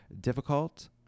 difficult